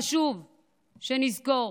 חשוב שנזכור